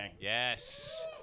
Yes